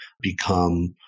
become